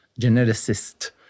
geneticist